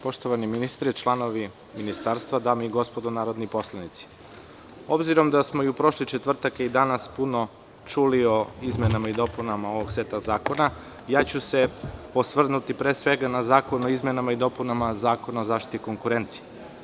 Poštovani ministre, članovi ministarstva, dame i gospodo narodni poslanici, obzirom da smo i u prošli četvrtak a i danas puno čuli o izmenama i dopunama ovog seta zakona, osvrnuću se pre svega na zakon o izmenama i dopunama Zakona o zaštiti konkurencije.